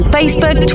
Facebook